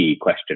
question